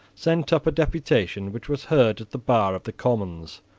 sent up a deputation which was heard at the bar of the commons.